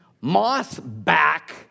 moss-back